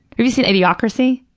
have you seen idiocracy?